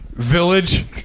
Village